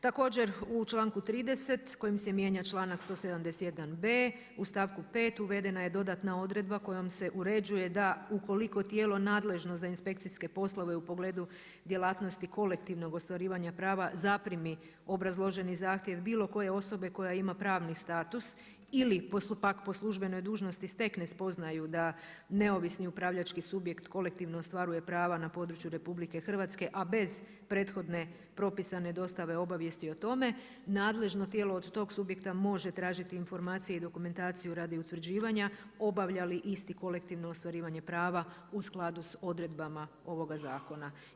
Također u članku 30 kojim se mijenja članak 171.b u stavku 5. uvedena je dodatna odredba kojom se uređuje da ukoliko tijelo nadležno za inspekcijske poslove u pogledu djelatnosti kolektivnog ostvarivanja prava zaprimi obrazloženi zahtjev bilo koje osobe koja ima pravni status ili postupak … po službenoj dužnosti stekne spoznaju da neovisni upravljački subjekt kolektivno ostvaruje prava na području RH a bez prethodne propisane dostave obavijesti o tome, nadležno tijelo od tog subjekta može tražiti informacije i dokumentaciju radi utvrđivanja obavlja li isti kolektivno ostvarivanje prava u skladu sa odredbama ovoga zakona.